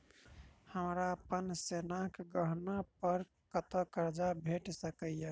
हमरा अप्पन सोनाक गहना पड़ कतऽ करजा भेटि सकैये?